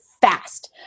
fast